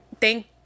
thank